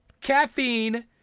caffeine